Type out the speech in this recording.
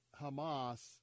Hamas